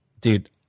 dude